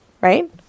right